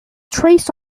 trace